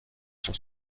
sont